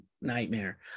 nightmare